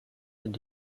sind